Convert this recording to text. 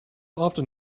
often